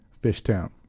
Fishtown